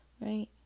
right